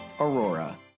Aurora